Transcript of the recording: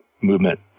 movement